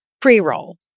pre-roll